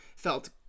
felt